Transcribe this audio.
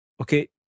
Okay